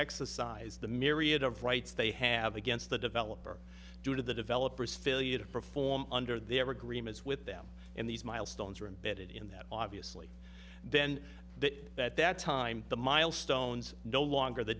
exercised the myriad of rights they have against the developer due to the developers failure to perform under their agreements with them in these milestones are embedded in that obviously then that that that time the milestones no longer the